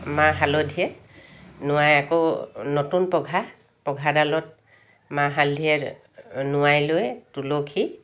মা হালধিৰে নোৱাই আকৌ নতুন পঘা পঘাডালত মাহ হালধিৰে নোৱাই লৈ তুলসী